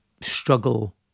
struggle